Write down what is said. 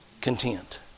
content